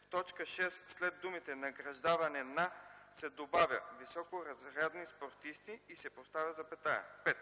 В т. 6 след думите „награждаване на” се добавя „високоразрядни спортисти” и се поставя запетая. 5.